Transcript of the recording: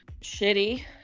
shitty